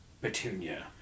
petunia